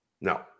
No